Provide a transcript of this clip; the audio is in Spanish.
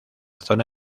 zona